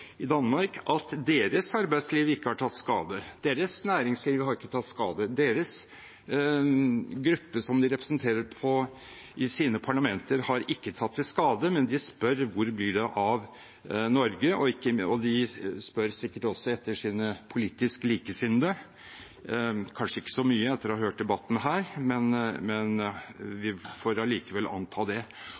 i Danmark, at deres arbeidsliv ikke har tatt skade, deres næringsliv har ikke tatt skade, deres gruppe, som de representerer i sine parlamenter, har ikke tatt skade. Men de spør hvor det blir av Norge, og de spør sikkert også etter sine politisk likesinnede – kanskje ikke så mye etter å ha hørt debatten her, men vi får allikevel anta det.